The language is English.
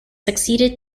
succeeded